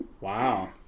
Wow